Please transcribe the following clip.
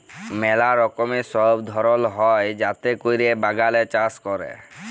ম্যালা রকমের সব ধরল হ্যয় যাতে ক্যরে বাগানে চাষ ক্যরে